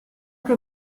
che